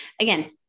again